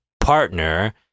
partner